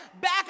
back